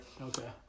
Okay